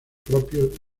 propios